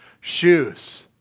shoes